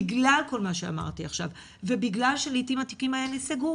בגלל כל מה שאמרתי עכשיו ובגלל שלעתים התיקים האלה ייסגרו